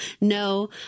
no